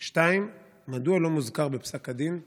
2. מדוע לא מוזכר בפסק הדין תיקונו?